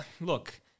Look